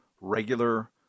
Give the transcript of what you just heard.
regular